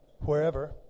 wherever